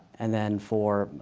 and then for,